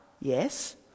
yes